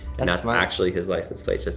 and that's actually his license plate.